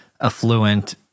affluent